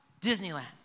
Disneyland